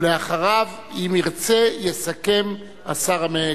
ואחריו, אם ירצה, יסכם השר המקשר.